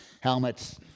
helmets